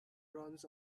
runs